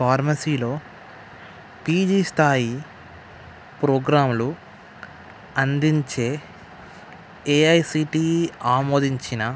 ఫార్మసీలో PG స్థాయి ప్రోగ్రాంలు అందించే ఏఐసిటిఈ ఆమోదించిన